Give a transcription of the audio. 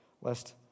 Lest